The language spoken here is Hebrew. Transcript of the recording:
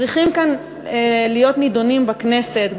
שצריכים להיות נדונים בכנסת,